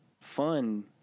fun